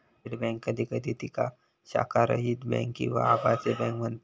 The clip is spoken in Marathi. थेट बँक कधी कधी तिका शाखारहित बँक किंवा आभासी बँक म्हणतत